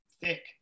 thick